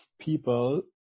people